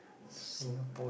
so